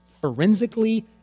forensically